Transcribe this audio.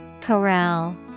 Corral